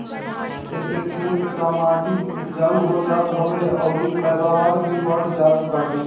एसे खेत कअ माटी उपजाऊ हो जात हवे अउरी पैदावार भी बढ़ जात बाटे